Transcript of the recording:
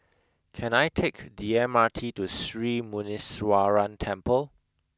can I take the M R T to Sri Muneeswaran Temple